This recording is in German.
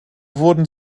wurden